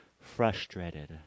frustrated